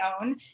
own